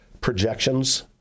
projections